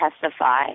testify